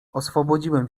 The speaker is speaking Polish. oswobodziłem